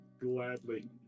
gladly